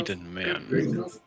man